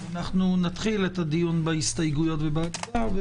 נתחיל את הדיון בהסתייגויות ובהצעה.